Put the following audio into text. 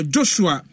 Joshua